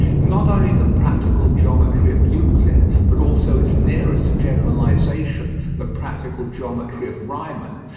not only the practical geometry of euclid, but also its nearest generalisation, the practical geometry of riemann,